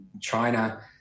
China